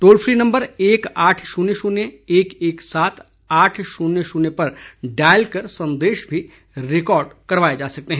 toll free number एक आठ शून्य शून्य एक एक सात आठ शून्य शून्य पर डायल कर संदेश रिकॉर्ड करवाए जा सकते है